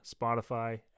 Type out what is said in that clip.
Spotify